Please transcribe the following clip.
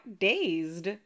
dazed